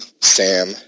Sam